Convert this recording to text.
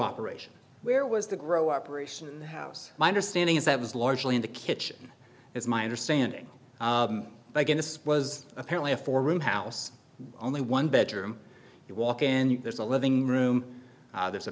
operation where was the grow operation in the house my understanding is that was largely in the kitchen is my understanding but again this was apparently a four room house only one bedroom you walk in there's a living room there's a